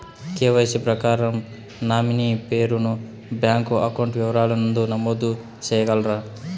KYC ప్రకారం nominee పేరు ను బ్యాంకు అకౌంట్ వివరాల నందు నమోదు సేయగలరా?